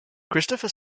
christopher